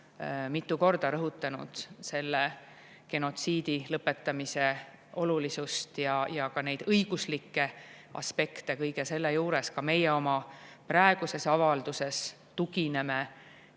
mitu korda rõhutanud selle genotsiidi lõpetamise olulisust ja ka neid õiguslikke aspekte kõige selle juures. Ka meie oma praeguses avalduses tugineme